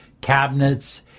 cabinets